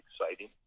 exciting